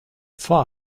far